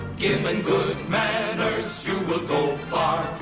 but good and manners, you will go far.